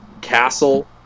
Castle